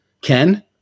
Ken